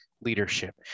leadership